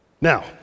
Now